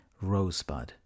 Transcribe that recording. Rosebud